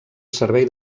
servei